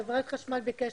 עופר קרן מחברת חשמל ביקש